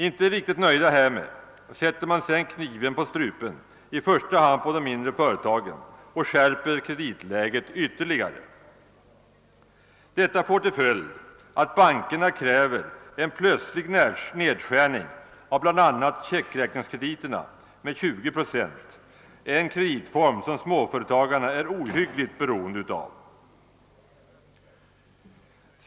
Inte riktigt nöjd härmed sätter man sedan kniven på strupen i första hand på de mindre företagen och skärper kreditläget ytterligare. Detta får till följd att bankerna kräver en plötslig nedskärning av bl.a. checkräkningskrediterna med 20 procent, den kreditform. som småföretagarna är ohyggligt beroende av.